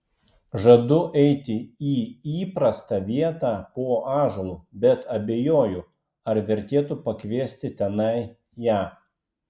žadu eiti į įprastą vietą po ąžuolu bet abejoju ar vertėtų pakviesti tenai ją